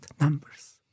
numbers